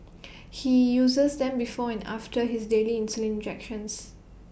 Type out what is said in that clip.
he uses them before and after his daily insulin injections